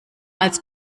als